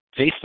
Facebook